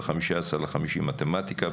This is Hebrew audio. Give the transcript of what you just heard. ב-15.5 מתמטיקה,